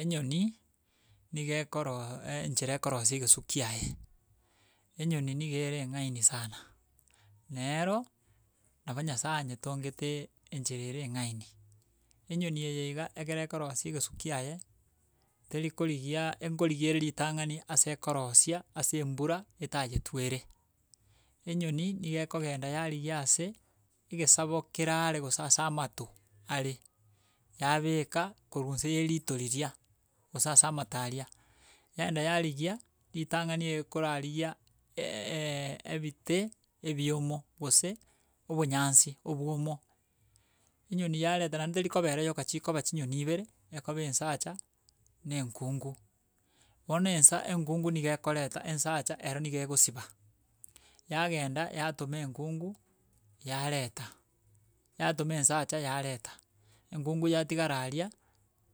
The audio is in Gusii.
Enyoni niga ekoroo enchera ekorosia egesu kiaye enyoni niga ere eng'aini sana, nero, nabo nyasae anyetongete enchera ere eng'aini. Enyoni eye iga ekero ekorosia egesu kiaye, teri korigia enkorigia ere ritang'ani ase ekorosia, ase embura etayetwere, enyoni niga ekogenda yarigia ase egesabo kere are gose ase amato are, yabeka korwa nse ya erito riria, gose ase amato aria. Yaenda yarigia, ritang'ani eekorarigia ebite ebiomo, gose obonyansi obwomo, enyoni yareta naende terikoba ere yoka chikoba chinyoni ibere, ekoba ensacha na enkungu. Bono ensa enkungu niga ekoreta ensacha, ero niga egosiba, yagenda yatoma enkungu yareta, yatoma ensacha yareta, enkungu yatigara aria